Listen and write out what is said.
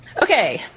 okay,